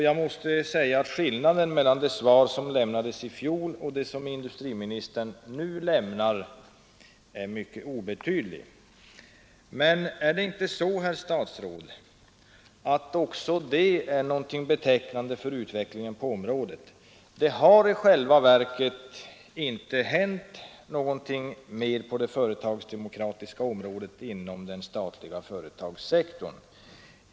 Jag måste säga att skillnaden mellan det svar som lämnades i fjol och det som industriministern nu lämnat är mycket obetydlig. Men, herr statsråd, är inte också detta betecknande för utvecklingen på området? Det har i själva verket inte hänt någonting på det företagsdemokratiska området inom den statliga företagssektorn.